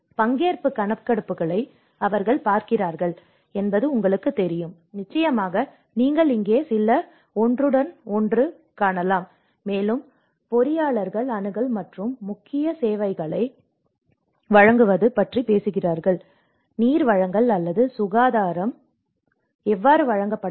பங்கேற்பு கணக்கெடுப்புகளை அவர்கள் பார்க்கிறார்கள் என்பது உங்களுக்குத் தெரியும் நிச்சயமாக நீங்கள் இங்கே சில ஒன்றுடன் ஒன்று காணலாம் மேலும் பொறியாளர்கள் அணுகல் மற்றும் முக்கிய முக்கிய சேவைகளை வழங்குவது பற்றி பேசுகிறார்கள் நீர் வழங்கல் அல்லது சுகாதாரம் எவ்வாறு வழங்கப்பட வேண்டும்